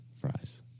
fries